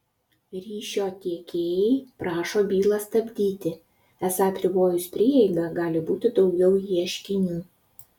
ryšio tiekėjai prašo bylą stabdyti esą apribojus prieigą gali būti daugiau ieškinių